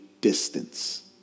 distance